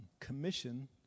commission